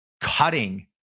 cutting